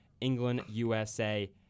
England-USA